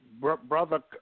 Brother